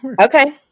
Okay